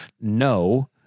no